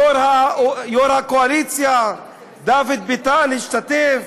יו"ר הקואליציה דוד ביטן השתתף,